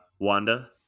Wanda